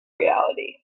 reality